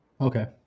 okay